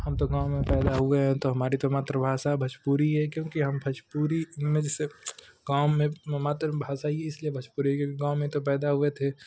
हम तो गाँव में पैदा हुए हैं तो हमारी तो मातृभाषा भोजपुरी है क्योंकि हम भोजपुरी में जैसे गाँव में मातृभाषा ही इसलिए भोजपुरी है गाँव में तो पैदा हुए थे